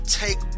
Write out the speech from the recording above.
take